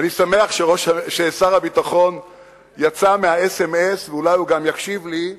ואני שמח ששר הביטחון יצא מהאס.אמ.אס ואולי הוא גם יקשיב לי,